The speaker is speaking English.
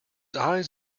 eyes